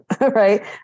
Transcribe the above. right